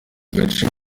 gace